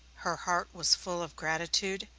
her heart was full of gratitude,